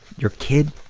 your kid,